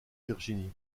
virginie